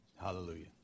Hallelujah